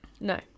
No